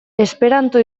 esperanto